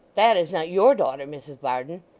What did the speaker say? that is not your daughter, mrs varden?